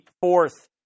fourth